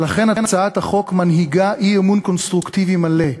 ולכן הצעת החוק מנהיגה אי-אמון קונסטרוקטיבי מלא,